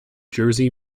jersey